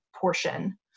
portion